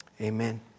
Amen